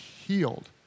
healed